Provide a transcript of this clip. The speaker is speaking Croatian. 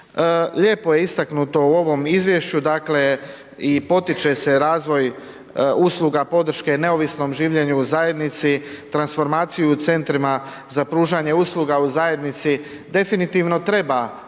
Lijepo je istaknuto u ovom izvješću, dakle i potiče se razvoj usluga podrške neovisnom življenju u zajednici, transformaciju u centrima za pružanje usluga u zajednici, definitivno treba